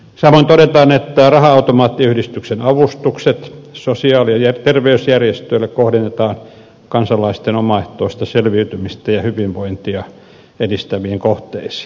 samoin todetaan että raha automaattiyhdistyksen avustukset sosiaali ja terveysjärjestöille kohdennetaan kansalaisten omaehtoista selviytymistä ja hyvinvointia edistäviin kohteisiin